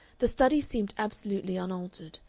the study seemed absolutely unaltered,